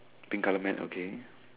pink colour mat okay